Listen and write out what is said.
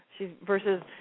versus